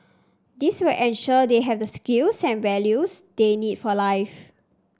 this will ensure they have the skills and values they need for life